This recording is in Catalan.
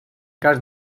cas